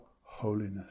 holiness